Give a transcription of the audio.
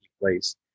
place